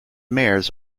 mayors